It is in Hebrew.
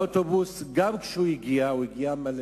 והאוטובוס, גם כשהגיע, הגיע מלא.